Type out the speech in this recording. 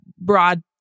broad